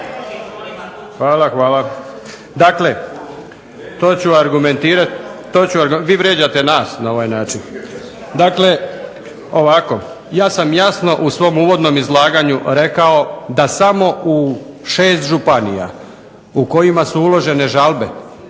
Hvala, hvala. Dakle to ću argumentirati. …/Upadica se ne razumije./… Vi vrijeđate nas na ovaj način. Dakle ovako. Ja sam jasno u svom uvodnom izlaganju rekao da samo u 6 županija u kojima su uložene žalbe,